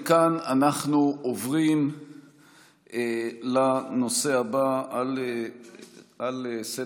מכאן אנחנו עוברים לנושא הבא על סדר-היום,